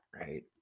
right